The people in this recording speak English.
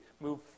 move